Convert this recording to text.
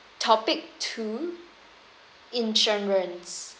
topic two insurance